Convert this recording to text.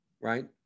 right